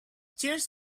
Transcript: cheers